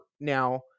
now